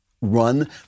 run